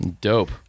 Dope